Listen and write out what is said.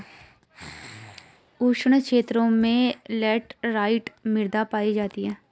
उष्ण क्षेत्रों में लैटराइट मृदा पायी जाती है